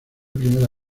primera